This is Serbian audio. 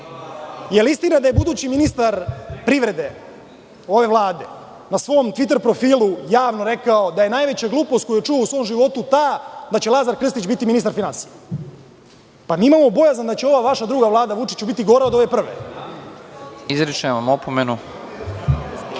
li je istina da je budući ministar privrede ove Vlade, na svom tviter profilu, javno rekao da je najveća glupost koju je čuo u svom životu ta da će Lazar Krstić biti ministar za finansije? Mi imamo bojazan da će ova vaša druga vlada, Vučiću, biti gora od ove prve.(Predsednik: